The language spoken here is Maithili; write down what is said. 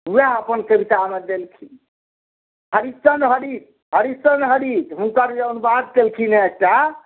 वएहा अपन कवितामे देलखिन हरिश्चंद हरीश हरिश्चंद हरीश हुनकर जे अनुवाद केलखिन हँ एकटा